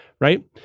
right